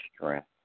strength